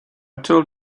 told